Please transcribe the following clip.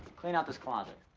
clean out this closet.